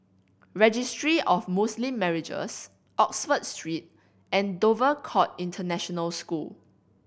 Registry of Muslim Marriages Oxford Street and Dover Court International School